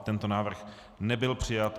Tento návrh nebyl přijat.